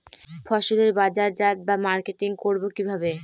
ফসলের বাজারজাত বা মার্কেটিং করব কিভাবে?